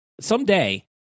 someday